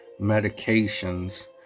medications